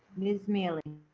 ms. mieli?